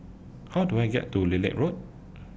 How Do I get to Lilac Road